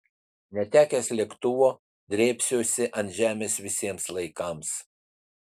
netekęs lėktuvo drėbsiuosi ant žemės visiems laikams